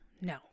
no